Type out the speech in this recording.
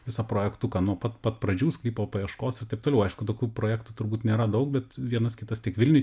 visą projektuką nuo pat pradžių sklypo paieškos ir taip toliau aišku tokių projektų turbūt nėra daug bet vienas kitas tik vilniuj